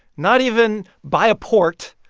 not even by a port